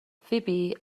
فیبی